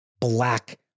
black